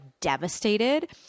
devastated